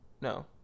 No